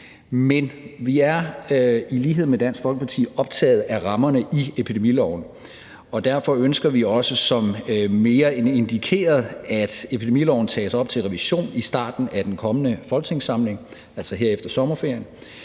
Men vi er i lighed med Dansk Folkeparti optaget af rammerne i epidemiloven, og derfor ønsker vi også mere end indikeret, at epidemiloven tages op til revision i starten af den kommende folketingssamling – altså her efter sommerferien.